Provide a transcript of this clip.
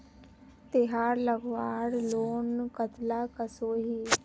तेहार लगवार लोन कतला कसोही?